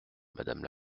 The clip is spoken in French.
madame